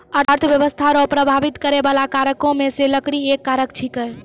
अर्थव्यस्था रो प्रभाबित करै बाला कारको मे से लकड़ी एक कारक छिकै